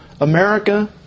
America